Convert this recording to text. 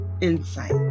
insight